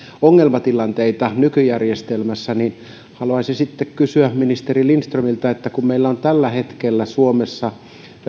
ongelmatilanteita nykyjärjestelmässä niin haluaisin sitten kysyä ministeri lindströmiltä että kun meillä on tällä hetkellä suomessa